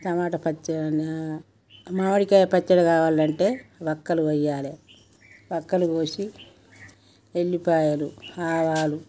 టమాటా పచ్చడి మామిడికాయ పచ్చడి కావాలంటే వక్కలు కోయాలి ఒక్కలు కోసి వెల్లిపాయలు ఆవాలు